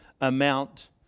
amount